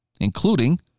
including